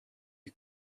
you